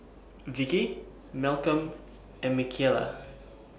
Vicki Malcom and Michaela